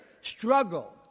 struggle